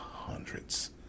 hundreds